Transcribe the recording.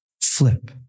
flip